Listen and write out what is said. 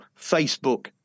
Facebook